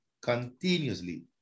continuously